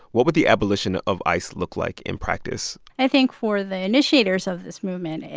what would the abolition of ice look like in practice? i think for the initiators of this movement, and